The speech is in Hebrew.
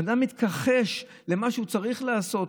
אדם מתכחש למה שהוא צריך לעשות.